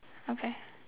okay